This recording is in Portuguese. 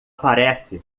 parece